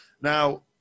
Now